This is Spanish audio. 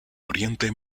oriente